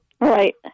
Right